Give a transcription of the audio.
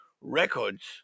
records